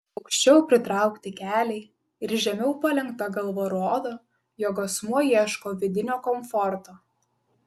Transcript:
aukščiau pritraukti keliai ir žemiau palenkta galva rodo jog asmuo ieško vidinio komforto